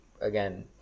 again